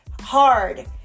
hard